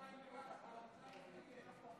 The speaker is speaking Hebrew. נכונה ובאה לתקן עיוות, ואני גאה בכך.